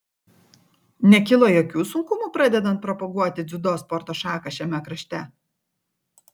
nekilo jokių sunkumų pradedant propaguoti dziudo sporto šaką šiame krašte